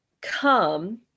come